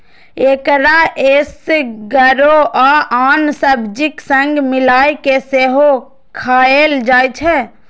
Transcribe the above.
एकरा एसगरो आ आन सब्जीक संग मिलाय कें सेहो खाएल जाइ छै